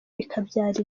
ikabyara